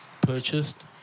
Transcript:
Purchased